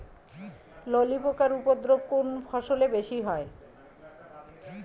ললি পোকার উপদ্রব কোন ফসলে বেশি হয়?